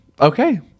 Okay